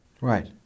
Right